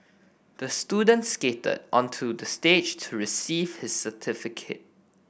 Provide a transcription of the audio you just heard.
the student skated onto the stage to receive his certificate